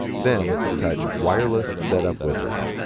then, touch wireless setup wizard.